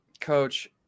Coach